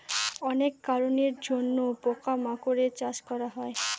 অনেক কারনের জন্য পোকা মাকড়ের চাষ করা হয়